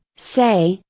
say,